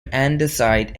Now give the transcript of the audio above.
andesite